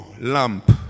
Lamp